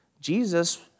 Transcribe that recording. Jesus